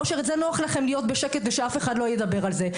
שנוח לכם להיות בשקט ושאף אחד לא ידבר על זה?